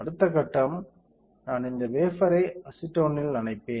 அடுத்த கட்டம் நான் இந்த வேஃபர்ரை அசிட்டோனில் நனைப்பேன்